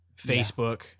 Facebook